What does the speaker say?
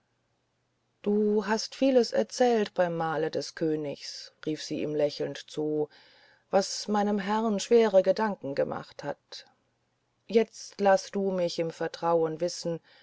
du hast vieles erzählt beim mahle des königs rief sie ihm lächelnd zu was meinem herrn schwere gedanken gemacht hat jetzt laß du mich im vertrauen wissen